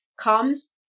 comes